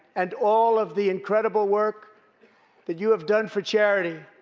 and all of the incredible work that you have done for charity,